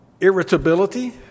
irritability